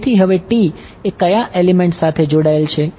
તેથી હવે એ કયા એલિમેંટ સાથે જોડાયેલા છે